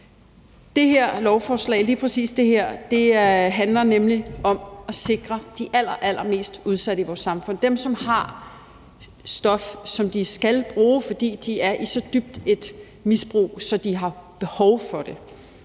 det her lovforslag handler nemlig om at sikre de allerallermest udsatte i vores samfund; dem, som har stof, som de skal bruge, fordi de er i et så dybt misbrug, at de har behov for det.